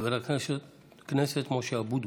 חבר הכנסת משה אבוטבול.